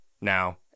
now